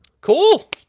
cool